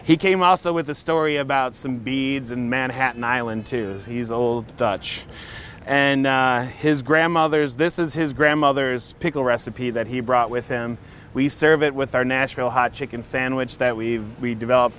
he came also with a story about some beads in manhattan island two he's old dutch and his grandmother's this is his grandmother's pickle recipe that he brought with him we serve it with our nashville hot chicken sandwich that we've developed